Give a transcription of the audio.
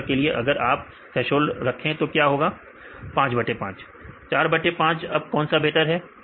विद्यार्थीनया वाला दूसरा वाला बेहतर है